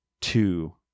two